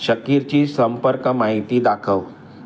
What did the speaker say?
शकीरची संपर्क माहिती दाखव